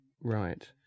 right